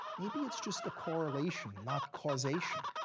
maybe it's just a correlation, not causation.